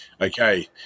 Okay